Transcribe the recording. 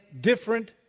different